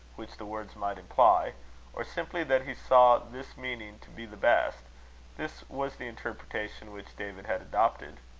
which the words might imply or simply that he saw this meaning to be the best this was the interpretation which david had adopted.